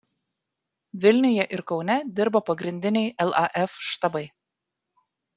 vilniuje ir kaune dirbo pagrindiniai laf štabai